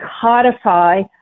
codify